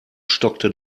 stockte